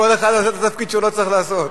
כל אחד עושה את התפקיד שהוא לא צריך לעשות.